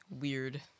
weird